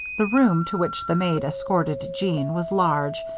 the room to which the maid escorted jeanne was large,